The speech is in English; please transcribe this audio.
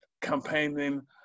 campaigning